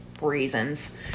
reasons